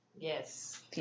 Yes